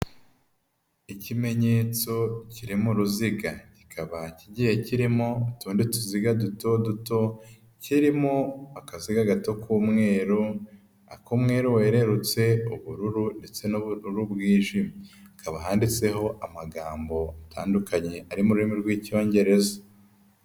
Ikimenyetso kiri mu ruziga kikaba kigiye kirimo utundi tuziga duto duto kirimo akaziga gato k'umweru, ak'umweru wererutse, ubururu ndetse n'ubururu bwijimye, hakaba handitseho amagambo atandukanye ari mu rurimi rw'Icyongereza.